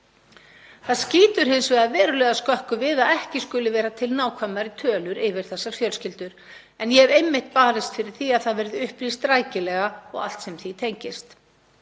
Það skýtur hins vegar verulega skökku við að ekki skuli vera til nákvæmari tölur yfir þessar fjölskyldur en ég hef einmitt barist fyrir því að það verði upplýst rækilega og allt sem því tengist.